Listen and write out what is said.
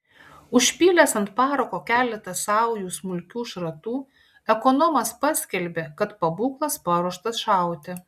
užpylęs ant parako keletą saujų smulkių šratų ekonomas paskelbė kad pabūklas paruoštas šauti